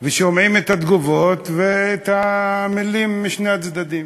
ושומעים את התגובות ואת המילים משני הצדדים.